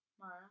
Mara